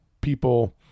people